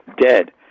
dead